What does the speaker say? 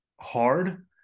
hard